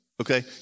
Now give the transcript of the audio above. Okay